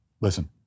Listen